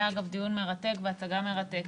זה היה אגב דיון מרתק והצגה מרתקת.